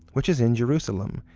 which is in jerusalem,